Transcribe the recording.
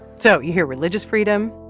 so you hear religious freedom.